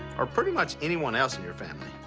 or pretty much anyone else in your family,